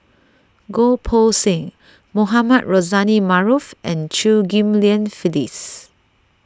Goh Poh Seng Mohamed Rozani Maarof and Chew Ghim Lian Phyllis